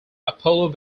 apollo